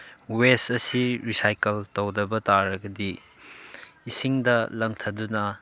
west ꯑꯁꯤ recycle ꯇꯧꯗꯕ ꯇꯥꯔꯒꯗꯤ ꯏꯁꯤꯡꯗ ꯂꯪꯊꯗꯨꯅ